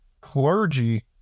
Clergy